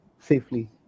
safely